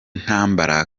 ntambara